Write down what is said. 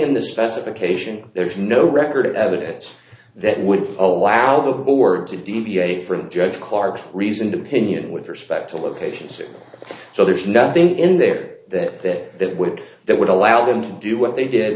in the specification there's no record of evidence that would allow the board to deviate from judge clark reasoned opinion with respect to locations so there's nothing in there that that would that would allow them to do what they did